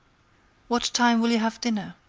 what time will you have dinner?